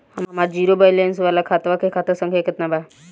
हमार zero balance वाला खतवा के खाता संख्या केतना बा?